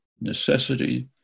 necessity